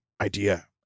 idea